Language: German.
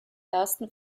ersten